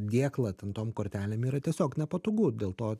dėklą ten tom kortelėm yra tiesiog nepatogu dėl to